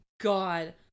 God